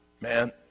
man